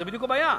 זה בדיוק הבעיה.